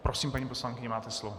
Prosím, paní poslankyně, máte slovo.